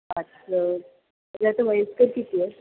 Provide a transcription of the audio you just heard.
असं त्यात वयस्कर किती आहेत